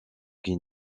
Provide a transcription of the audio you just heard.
qui